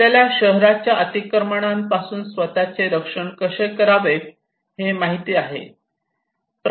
आपल्याला शहराच्या अतिक्रमणापासून स्वत चे रक्षण कसे करावे हे आपणास माहित आहे